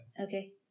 Okay